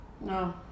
No